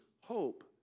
hope